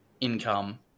income